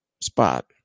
spot